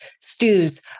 stews